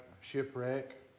shipwreck